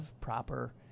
proper